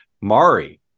Mari